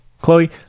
Chloe